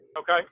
Okay